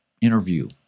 interview